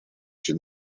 się